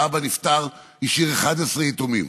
האבא נפטר והשאיר 11 יתומים